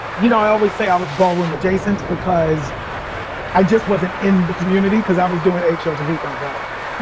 you know, i always say i was ballroom adjacent because i just wasn't in the community because i was doing eight shows a week on broadway.